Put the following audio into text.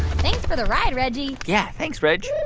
thanks for the ride, reggie yeah. thanks, reg